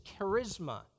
charisma